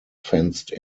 fenced